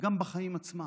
גם בחיים עצמם.